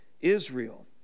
Israel